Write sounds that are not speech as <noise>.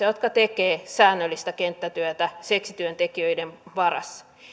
<unintelligible> jotka tekevät säännöllistä kenttätyötä seksityöntekijöiden parissa